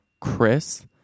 Chris